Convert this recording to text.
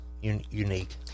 unique